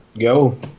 go